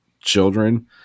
children